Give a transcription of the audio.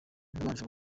nabanje